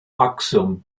aksum